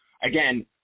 again